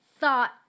thought